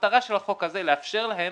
המטרה של החוק הזה לאפשר להם